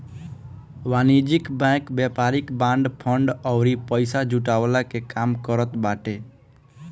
वाणिज्यिक बैंक व्यापारिक bond, fund अउरी पईसा जुटवला के काम करत बाटे